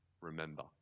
remember